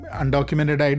undocumented